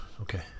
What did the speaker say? Okay